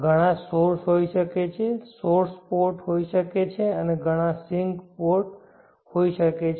ઘણા સોર્સ હોઈ શકે છે સોર્સ પોર્ટ હોઈ શકે છે અને ઘણા સિંક પોર્ટ હોઈ શકે છે